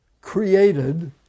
created